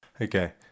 Okay